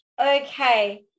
okay